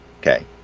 Okay